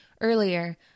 earlier